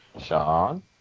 Sean